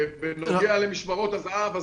בנוגע למשמרות הזה"ב,